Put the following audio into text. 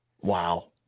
wow